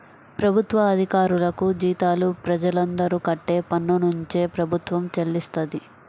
ప్రభుత్వ అధికారులకు జీతాలు ప్రజలందరూ కట్టే పన్నునుంచే ప్రభుత్వం చెల్లిస్తది